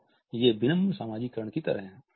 तो ये विनम्र सामाजीकरण की तरह हैं